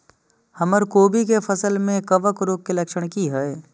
हमर कोबी के फसल में कवक रोग के लक्षण की हय?